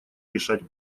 решать